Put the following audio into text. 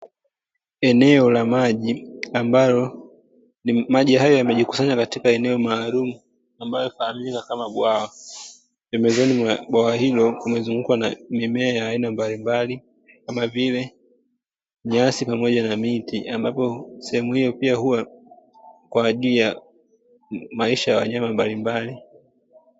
Eneo la maji, ambalo maji hayo yamejikusanya katika eneo maalumu ambayo hufahamika Kama bwawa. Pembezoni mwa bwawa hilo limezungukwa na mimea ya aina mbali mbali Kama vile nyasi pamoja na miti, ambapo sehemu iyo pia huwa kwa ajili ya maisha ya wanyama mbali mbali.